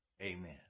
Amen